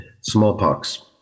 smallpox